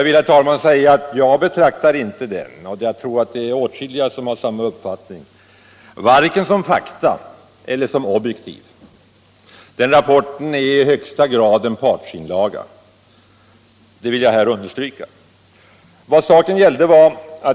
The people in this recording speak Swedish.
Vad som sägs i den betraktar jag inte — och jag tror att det är många som har samma uppfattning - som fakta och inte heller anser jag att den är objektiv. Rapporten är i högsta grad en partsinlaga — det vill jag understryka.